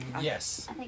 Yes